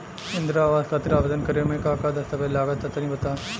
इंद्रा आवास खातिर आवेदन करेम का का दास्तावेज लगा तऽ तनि बता?